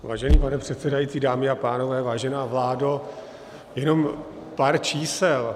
Vážený pane předsedající, dámy a pánové, vážená vládo, jenom pár čísel.